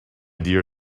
dear